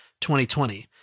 2020